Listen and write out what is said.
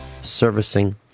servicing